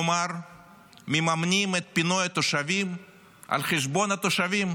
כלומר מממנים את פינוי התושבים על חשבון התושבים,